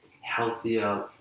healthier